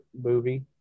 movie